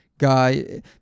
guy